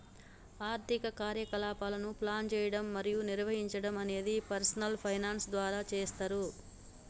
ఆర్థిక కార్యకలాపాలను ప్లాన్ చేయడం మరియు నిర్వహించడం అనేది పర్సనల్ ఫైనాన్స్ ద్వారా చేస్తరు